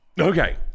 Okay